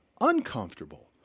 uncomfortable